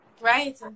Right